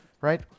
right